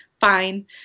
fine